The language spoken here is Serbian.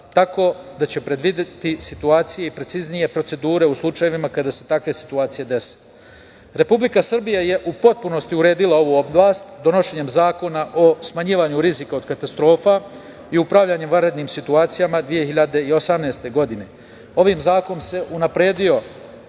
tako da će predvideti situacije i preciznije procedure u slučajevima kada se takve situacije dese. Republika Srbija je u potpunosti uredila ovu oblast donošenjem Zakona o smanjivanju rizika od katastrofa i upravljanjem vanrednim situacijama 2018. godine. Ovim zakonom se unapredio